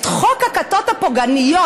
את חוק הכיתות הפוגעניות,